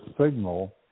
signal